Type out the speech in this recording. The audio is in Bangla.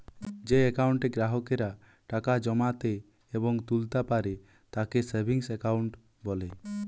যেই একাউন্টে গ্রাহকেরা টাকা জমাতে এবং তুলতা পারে তাকে সেভিংস একাউন্ট বলে